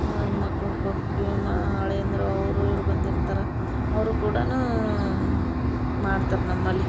ಮಕ್ಳನ್ನ ಕೊಟ್ವಿ ಮಾ ಅಳಿಯಂದಿರು ಅವರು ಇವರು ಬಂದಿರ್ತಾರ ಅವರು ಕೂಡನೂ ಮಾಡ್ತರ ನಮ್ಮಲ್ಲಿ